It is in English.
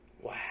Wow